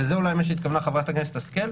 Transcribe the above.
וזה אולי מה שהתכוונה חברת הכנסת השכל,